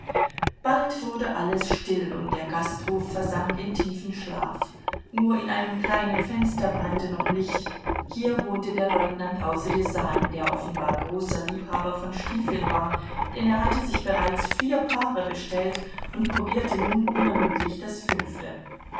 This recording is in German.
bald wurde alles still und der gasthof versank in tiefen schlaf nur in einem kleinen fenster brannte noch licht hier wohnte der leutnant aus rjasan der offenbar großer liebhaber von stiefeln war denn er hatte sich bereits vier paare bestellt und probierte nun unermüdlich das fünfte